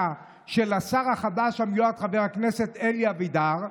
של השר החדש המיועד חבר הכנסת אלי אבידר,